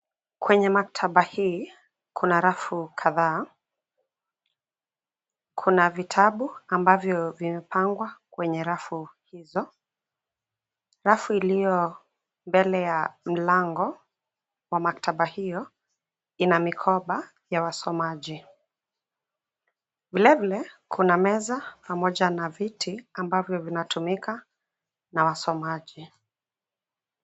Kwenye maktaba hii kuna rafu kadhaa. Kuna vitabu ambavyo vimepangwa kwenye rafu hizo. Rafu iliyo mbele ya mlango wa maktaba hiyo ina mikoba ya wasomaji. Vile, vile kuna meza pamoja na viti ambavyo vinatumika na wasomaji.